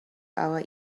our